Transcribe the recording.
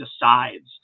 decides